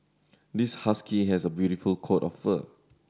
this husky has a beautiful coat of fur